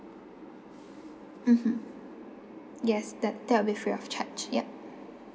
mmhmm yes that that'll be free of charge ya